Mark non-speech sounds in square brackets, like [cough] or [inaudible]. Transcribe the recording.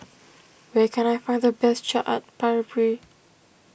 where can I find the best Chaat [unintelligible]